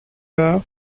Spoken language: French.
par